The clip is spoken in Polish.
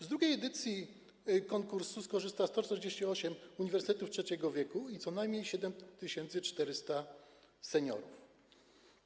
Z drugiej edycji konkursu skorzysta 148 uniwersytetów trzeciego wieku i co najmniej 7400 seniorów.